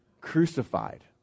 crucified